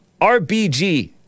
RBG